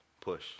push